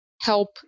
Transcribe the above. help